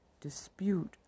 Dispute